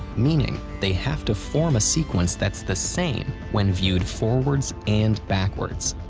meaning they have to form a sequence that's the same when viewed forwards and backwards.